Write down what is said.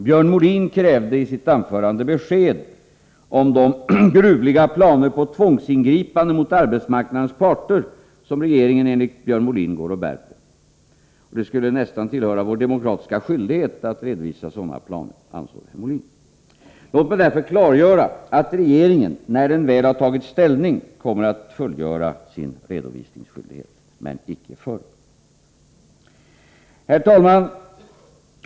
Björn Molin krävde i sitt anförande besked om de gruvliga planer på tvångsingripande mot arbetsmarknadens parter som regeringen enligt honom går och bär på. Herr Molin ansåg att det nästan är en demokratisk skyldighet för oss att redovisa sådana planer. Låt mig då klargöra att när regeringen väl har tagit ställning till detta kommer den att fullgöra sin redovisningsskyldighet, men icke dessförinnan. Herr talman!